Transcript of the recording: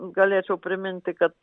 galėčiau priminti kad